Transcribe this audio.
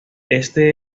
este